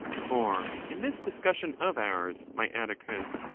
for in this discussion of ours, my atticus,